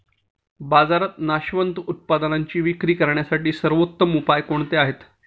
बाजारात नाशवंत उत्पादनांची विक्री करण्यासाठी सर्वोत्तम उपाय कोणते आहेत?